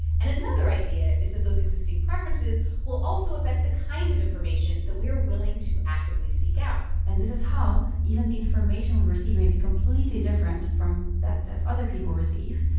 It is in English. and another idea is that those existing preferences will also affect the kind of information that we are willing to actively seek out and this is how even the information we receive may be completely different from that that other people receive.